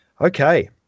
Okay